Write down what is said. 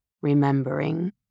remembering